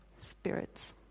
Spirits